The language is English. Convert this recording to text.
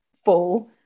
full